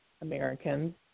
Americans